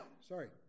Sorry